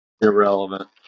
Irrelevant